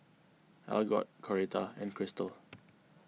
Algot Coretta and Kristal